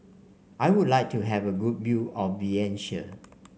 I would like to have a good view of Vientiane